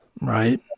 Right